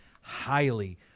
highly